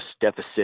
deficit